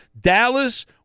Dallas